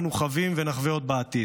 אנו חווים ונחווה עוד בעתיד.